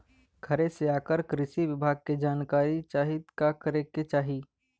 घरे से अगर कृषि विभाग के जानकारी चाहीत का करे के चाही?